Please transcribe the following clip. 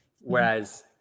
whereas